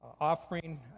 offering